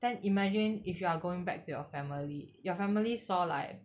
then imagine if you are going back to your family your family saw like